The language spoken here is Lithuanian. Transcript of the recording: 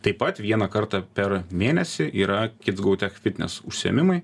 taip pat vieną kartą per mėnesį yra kits gau tech fitnes užsiėmimai